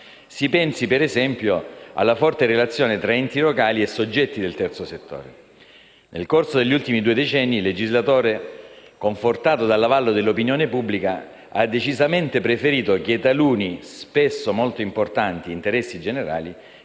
Si pensi - ad esempio - alla forte relazione tra enti locali e soggetti del terzo settore. Nel corso degli ultimi due decenni, il legislatore, confortato dall'avallo dell'opinione pubblica, ha decisamente preferito che taluni interessi generali,